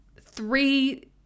three